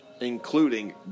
including